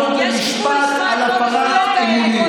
והוא יעמוד למשפט על הפרת אמונים,